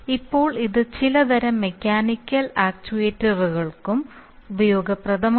ഇപ്പോൾ ഇത് ചിലതരം മെക്കാനിക്കൽ ആക്ച്യുവേറ്ററുകൾക്കും ഉപയോഗപ്രദമാണ്